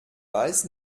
weiß